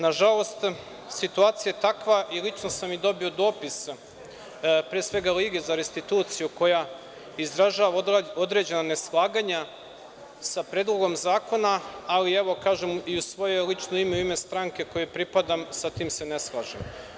Nažalost, situacija je takva i lično sam i dobio dopis, pre svega, lige za restituciju koja izražava određena neslaganja sa Predlogom zakona, ali, kažem i u svoje ime i u ime stranke kojoj pripadam, sa tim se ne slažem.